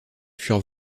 furent